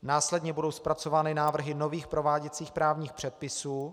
Následně budou zpracovány návrhy nových prováděcích právních předpisů.